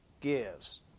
gives